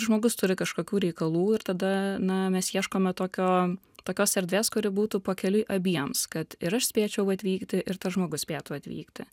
žmogus turi kažkokių reikalų ir tada na mes ieškome tokio tokios erdvės kuri būtų pakeliui abiems kad ir aš spėčiau atvykti ir tas žmogus spėtų atvykti